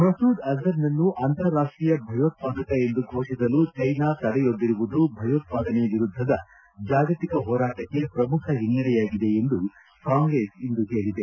ಮಸೂದ್ ಅಜರ್ನನ್ನು ಅಂತಾರಾಷ್ಷೀಯ ಭಯೋತ್ಪಾದಕ ಎಂದು ಘೋಷಿಸಲು ಚೀನಾ ತಡೆಯೊಡ್ಡಿರುವುದು ಭಯೋತ್ಪಾದನೆ ವಿರುದ್ಧದ ಜಾಗತಿಕ ಹೋರಾಟಕ್ಕೆ ಪ್ರಮುಖ ಹಿನ್ನಡೆಯಾಗಿದೆ ಎಂದು ಕಾಂಗ್ರೆಸ್ ಇಂದು ಹೇಳಿದೆ